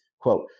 Quote